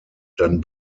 dann